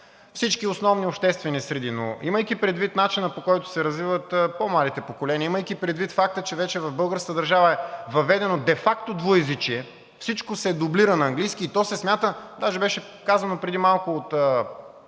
всички основни обществени среди. Но имайки предвид начина, по който се развиват по-младите поколения, имайки предвид факта, че вече в българската държава е въведено де факто двуезичие – всичко се дублира на английски, и то се смята, даже беше казано преди малко,